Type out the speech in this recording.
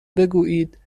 بگویید